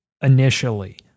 initially